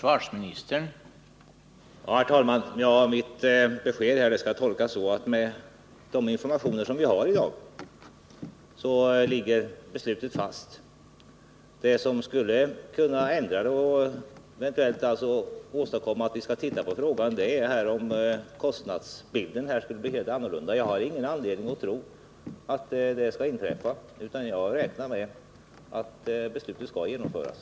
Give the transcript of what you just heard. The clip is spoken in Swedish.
Herr talman! Mitt besked skall tolkas så, att med de informationer vi har i dag ligger beslutet fast. Det som skulle kunna ändra det och eventuellt föranleda oss att titta på frågan är om kostnadsbilden skulle bli helt annorlunda. Jag har ingen anledning att tro att det skall inträffa, utan jag räknar med att beslutet skall genomföras.